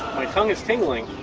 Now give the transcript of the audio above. my tongue is tingling.